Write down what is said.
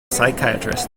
psychiatrist